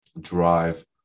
drive